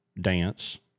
dance